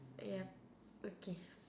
ya okay